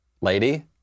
lady